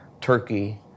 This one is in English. Turkey